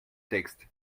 texte